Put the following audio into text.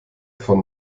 von